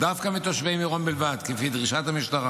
לפי דרישת המשטרה.